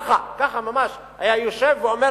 ככה, ככה ממש היה יושב ואומר